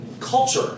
culture